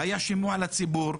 היה שימוע לציבור,